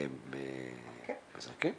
עסקים?